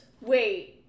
Wait